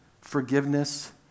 forgiveness